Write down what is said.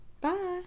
Bye